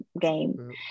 game